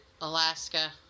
Alaska